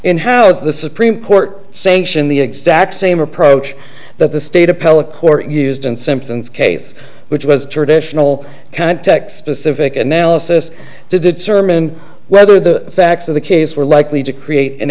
in house of the supreme court sanction the exact same approach that the state appellate court used in simpson's case which was a traditional context specific analysis to determine whether the facts of the case were likely to create an